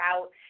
out